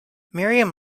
miriam